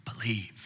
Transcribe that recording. believe